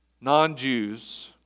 Non-Jews